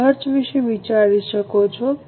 તમે ખર્ચ વિશે વિચારી શકો છો